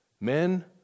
men